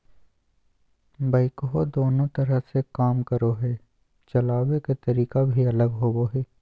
backhoe दोनों तरह से काम करो हइ, चलाबे के तरीका भी अलग होबो हइ